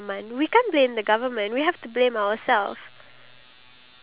oh ya I want t~ to show the video later on